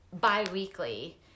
bi-weekly